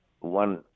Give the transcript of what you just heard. One